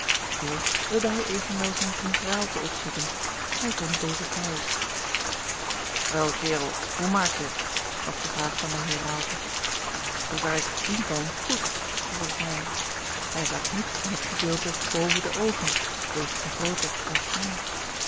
eerst wilde hij evenwel zijn vriend raalte opzoeken hij vond dezen te huis george een ongeluksvogel wèl kerel hoe maak je het was de vraag van den heer raalte zoo ver ik zien kan goed vervolgde hij hij zag niets dan het gedeelte boven de oogen wegens de groote